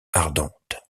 ardente